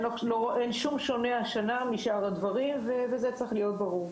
אין שום שונה השנה משאר הדברים ובזה צריך להיות ברור.